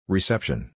Reception